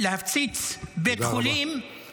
להפציץ בית חולים --- תודה רבה.